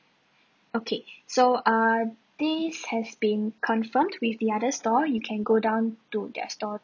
okay so err this has been confirmed with the other store you can go down to their store